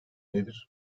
nedir